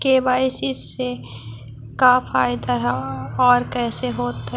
KYC से का फायदा है और कैसे होतै?